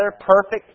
perfect